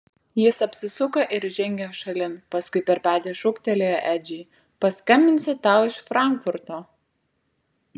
jis apsisuko ir žengė šalin paskui per petį šūktelėjo edžiui paskambinsiu tau iš frankfurto